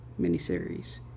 Miniseries